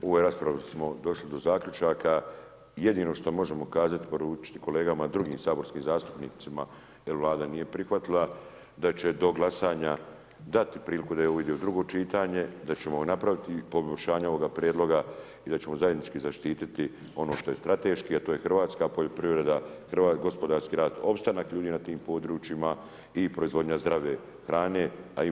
U ovoj raspravi smo došli do zaključaka, jedino što možemo kazati i poručiti kolegama drugim saborskim zastupnicima jel Vlada nije prihvatila da će do glasanja dati priliku da ovo ide u drugo čitanje i da ćemo napraviti poboljšanje ovoga prijedloga i da ćemo zajednički zaštititi ono što je strateški, a to je hrvatska poljoprivreda, gospodarski rast, opstanak ljudi na tim područjima i proizvodnja zdrave hrane, a imamo je gdje plasirati.